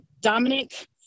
Dominic